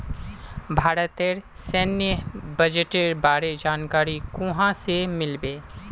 भारतेर सैन्य बजटेर बारे जानकारी कुहाँ से मिल बे